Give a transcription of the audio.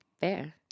fair